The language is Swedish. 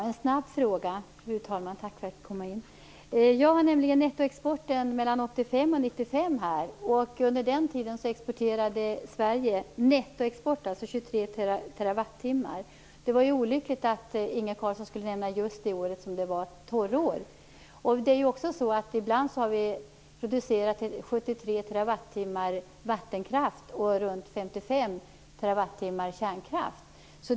Fru talman! Jag vill ställa en kort fråga. Jag har här siffror över nettoexporten 1985-1995. Under den tiden exporterade Sverige netto 23 TWh. Det var olyckligt att Inge Carlsson nämnde just det året som det var torrår. Ibland har vi producerat 73 TWh vattenkraft och ca 55 TWh kärnkraft.